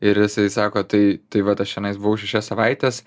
ir jisai sako tai tai vat aš čionais buvau šešias savaites